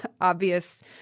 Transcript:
obvious